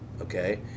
okay